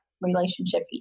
relationship